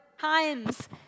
times